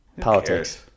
Politics